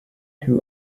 who